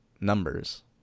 numbers